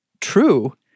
true